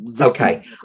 Okay